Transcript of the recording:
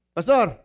Pastor